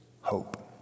hope